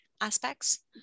aspects